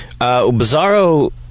bizarro